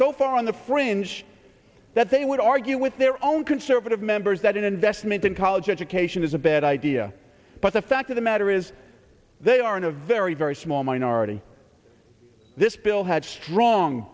so far on the fringe that they would argue with their own conservative members that an investment in college education is a bad idea but the fact of the matter is they are in a very very small minority this bill had strong